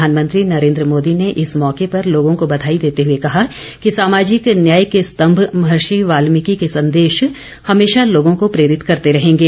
प्रधानमंत्री नरेन्द्र मोदी ने इस मौके पर लोगों को बधाई देते हुए कहा कि सामाजिक न्याय के स्तंभ महर्षि वाल्मिकि के संदेश हमेशा लोगों को प्रेरित करते रहेंगे